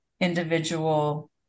individual